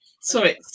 Sorry